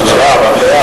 במליאה,